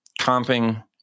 comping